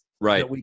Right